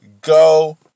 Go